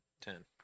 Ten